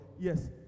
Yes